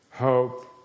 Hope